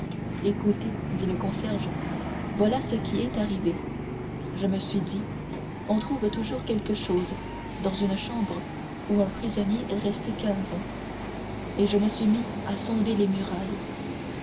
écoutez dit le concierge voilà ce qui est arrivé je me suis dit on trouve toujours quelque chose dans une chambre où un prisonnier est resté quinze ans et je me suis mis à sonder les murailles